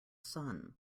sun